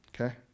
Okay